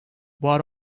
what